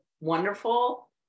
wonderful